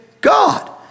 God